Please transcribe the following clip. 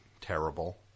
terrible